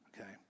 okay